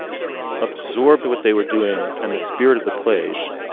absorbed what they were doing and the spirit of the place.